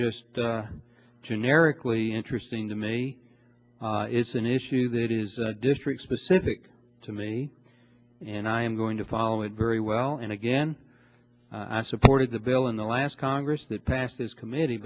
just generically interesting to me it's an issue that is district specific to me and i'm going to follow it very well and again i supported the bill in the last congress that passed this committee